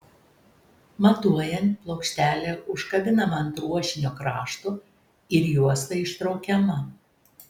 matuojant plokštelė užkabinama už ruošinio krašto ir juosta ištraukiama